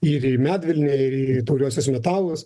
ir į medvilnę ir į tauriuosius metalus